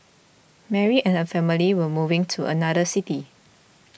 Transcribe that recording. Mary and her family were moving to another city